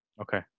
Okay